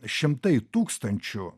šimtai tūkstančių